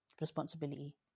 responsibility